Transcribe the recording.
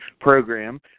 program